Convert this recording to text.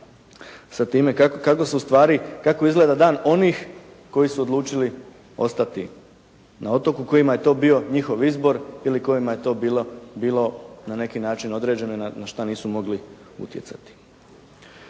sa time kako se ustvari, kako izgleda dan onih koji su odlučili ostati na otoku, kojima je to bio njihov izbor ili kojima je to bilo na neki način određeno na što nisu mogli utjecati.